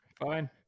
Fine